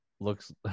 looks